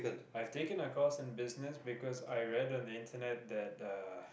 I've taken a course in business because I read on the internet that the